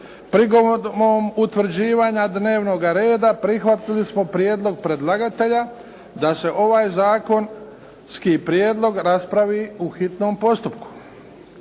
Prigodom utvrđivanja dnevnoga reda prihvatili smo prijedlog predlagatelja da se ovaj zakonski prijedlog raspravi u hitnom postupku.